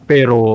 Pero